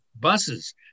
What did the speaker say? buses